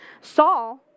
Saul